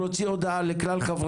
זה ביום חמישי הקרוב.